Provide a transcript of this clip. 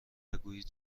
بگویید